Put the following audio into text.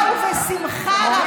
בשמחה ובאמונה,